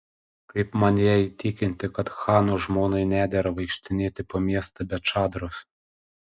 kaip man ją įtikinti kad chano žmonai nedera vaikštinėti po miestą be čadros